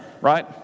right